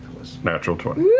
natural twenty.